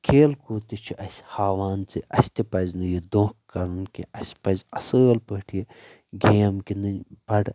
کھیل کوٗد تہِ چھُ اسہِ ہاوان زِ اسہِ تہِ پزِ نہٕ یہِ دۄکھٕ کرُن کیٚنہہ اسہِ پزِ اصل پٲٹھۍ یہِ گیم گندٕنۍ بڑٕ